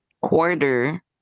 quarter